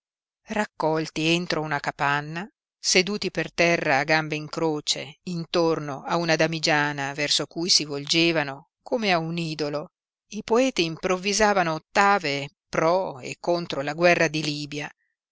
raccolti entro una capanna seduti per terra a gambe in croce intorno a una damigiana verso cui si volgevano come a un idolo i poeti improvvisavano ottave pro e contro la guerra di libia